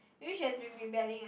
maybe she has been rebelling